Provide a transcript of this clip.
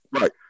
Right